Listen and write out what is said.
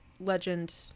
legend